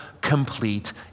complete